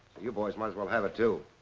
you boys might as well have it, too.